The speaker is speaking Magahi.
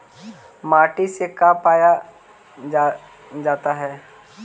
माटी से का पाया जाता है?